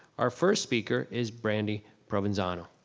our first speaker is brandi provenzano.